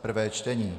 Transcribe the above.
prvé čtení